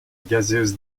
gaseous